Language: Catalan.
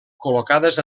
col·locades